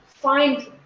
Find